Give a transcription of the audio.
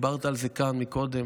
דיברת על זה כאן קודם.